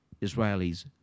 Israelis